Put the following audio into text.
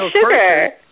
sugar